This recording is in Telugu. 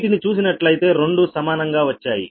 వీటిని చూసినట్లయితే రెండు సమానంగా వచ్చాయి